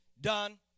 Done